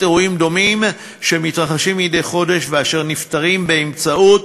אירועים דומים שמתרחשים מדי חודש ונפתרים באמצעות